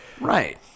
Right